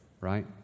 right